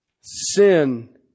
Sin